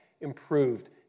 improved